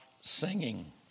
singing